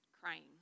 crying